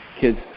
kids